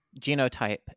genotype